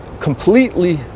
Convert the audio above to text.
completely